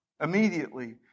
Immediately